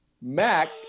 Mac